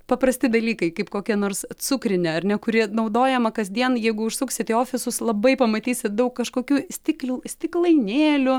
paprasti dalykai kaip kokia nors cukrinė ar ne kuri naudojama kasdien jeigu užsuksit į ofisus labai pamatysit daug kažkokių stikl stiklainėlių